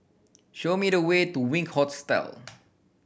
show me the way to Wink Hostel